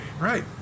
right